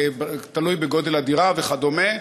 תלוי בגודל הדירה וכדומה.